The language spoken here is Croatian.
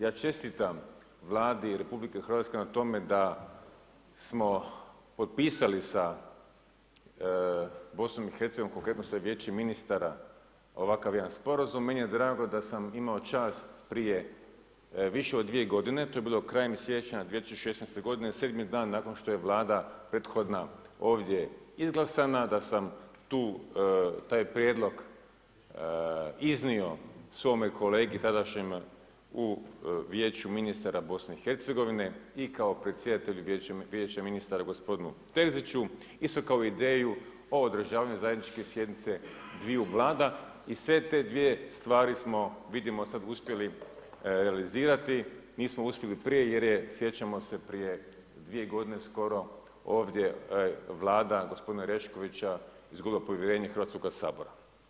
Ja čestitam Vladi RH na tome da smo potpisali sa BiH, konkretnom sa Vijećem ministara ovakav jedan sporazum, meni je drago da sam imao čast prije više od 2 godine, to je bilo krajem siječnja 2016. godine, 7. dan nakon što je Vlada prethodna ovdje izglasana da sam taj prijedlog iznio svome kolegi tadašnjem u Vijeću ministara BiH-a i kao predsjedatelju Vijećem ministara gospodinu Terziću isto kao i ideju o održavanju zajedničke sjednice dviju Vlada i sve te dvije stvari smo vidimo sad, uspjeli realizirati, nismo uspjeli prije jer je sjećamo se prije 2 godine skoro ovdje Vlada gospodina Oreškovića izgubila povjerenje Hrvatskog sabora.